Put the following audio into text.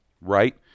Right